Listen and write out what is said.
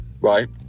right